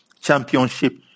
Championship